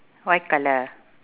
white colour